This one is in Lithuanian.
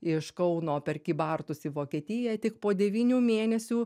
iš kauno per kybartus į vokietiją tik po devynių mėnesių